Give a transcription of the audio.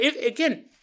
again